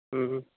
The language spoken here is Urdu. ہوں ہوں